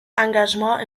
engagement